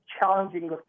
challenging